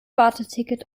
warteticket